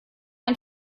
ein